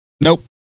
nope